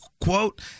quote